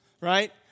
right